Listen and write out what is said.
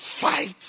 fight